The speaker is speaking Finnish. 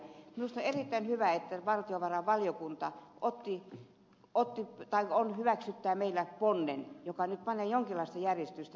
on erittäin hyvä että valtiovarainvaliokunta hyväksyttää meillä ponnen joka nyt panee tähän jonkinlaista järjestystä